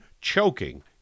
choking